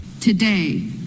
today